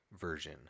version